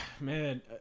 man